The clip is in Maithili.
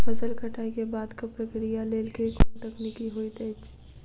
फसल कटाई केँ बादक प्रक्रिया लेल केँ कुन तकनीकी होइत अछि?